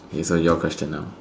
okay so your question now